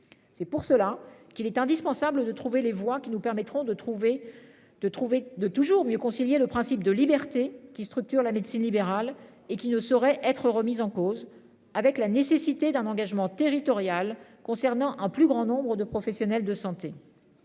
C'est pour cela qu'il est indispensable de trouver les voies qui nous permettront de trouver, de trouver de toujours mieux concilier le principe de liberté qui structure la médecine libérale et qui ne saurait être remise en cause avec la nécessité d'un engagement territorial concernant en plus grand nombre de professionnels de santé.